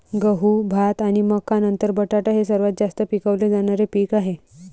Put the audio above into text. गहू, भात आणि मका नंतर बटाटा हे सर्वात जास्त पिकवले जाणारे पीक आहे